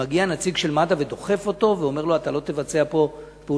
ומגיע נציג של מד"א ודוחף אותו ואומר לו: אתה לא תבצע פה פעולות.